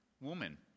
Woman